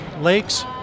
lakes